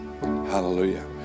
Hallelujah